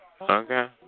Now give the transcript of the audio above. Okay